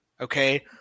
Okay